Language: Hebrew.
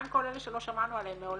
מה עם כל אלה שלא שמענו עליהם מעולם.